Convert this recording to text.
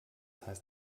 heißt